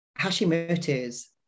Hashimoto's